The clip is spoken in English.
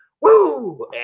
Woo